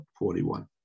41